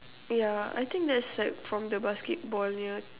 yeah I think that's like from the basketball yard